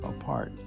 apart